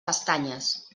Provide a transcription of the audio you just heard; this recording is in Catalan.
pestanyes